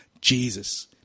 Jesus